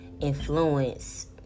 influence